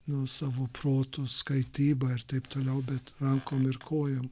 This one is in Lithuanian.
nu savu protu skaityba ir taip toliau bet rankom ir kojom